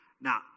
now